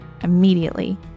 immediately